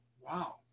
Wow